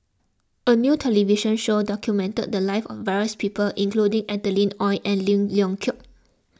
a new television show documented the lives of various people including Adeline Ooi and Lim Leong Geok